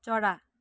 चरा